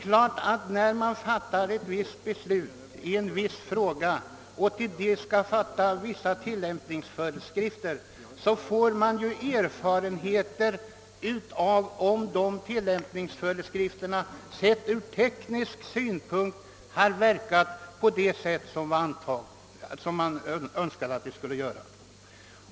Sedan man efter riksdagens beslut i en viss fråga utfärdat tillämpningsföreskrifter, får man erfarenheter av huruvida beslutet ur teknisk synpunkt har verkat på det sätt som avsetts.